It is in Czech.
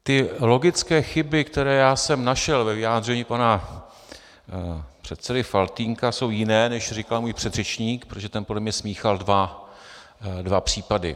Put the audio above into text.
Ty logické chyby, které já jsem našel ve vyjádření pana předsedy Faltýnka, jsou jiné, než říkal můj předřečník, protože ten podle mě smíchal dva případy.